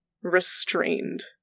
restrained